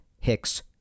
Hicks